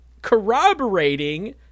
corroborating